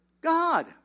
God